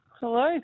Hello